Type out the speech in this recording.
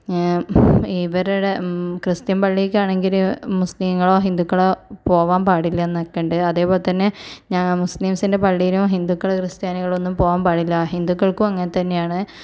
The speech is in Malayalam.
ഇവരുടെ ക്രിസ്ത്യൻ പള്ളിക്ക് ആണെങ്കിൽ മുസ്ലിംങ്ങളോ ഹിന്ദുക്കളോ പോകാൻ പാടില്ല എന്നൊക്കെ ഉണ്ട് അതേപോലെ തന്നെ ഞാൻ മുസ്ലിംസിൻ്റെ പള്ളിയില് ഹിന്ദുക്കളോ ക്രിസ്ത്യനികളൊന്നും പോകാൻ പാടില്ല ഹിന്ദുക്കൾക്കും അങ്ങനെ തന്നെ ആണ്